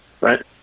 Right